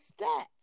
stats